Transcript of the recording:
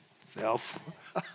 Self